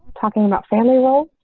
talking about family role.